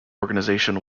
organization